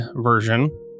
Version